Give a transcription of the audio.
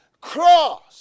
cross